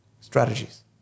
strategies